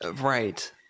Right